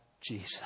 Jesus